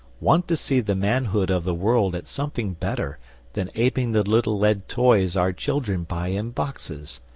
want to see the manhood of the world at something better than apeing the little lead toys our children buy in boxes.